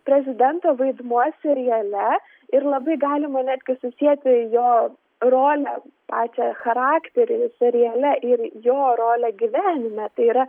prezidento vaidmuo seriale ir labai galima netgi susieti jo rolę pačią charakterį seriale ir jo rolė gyvenime tai yra